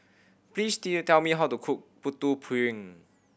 please tell me how to cook Putu Piring